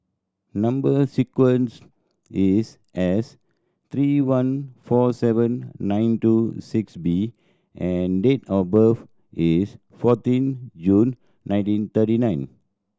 number sequence is S three one four seven nine two six B and date of birth is fourteen June nineteen thirty nine